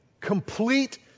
complete